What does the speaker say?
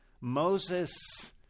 Moses